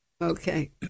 Okay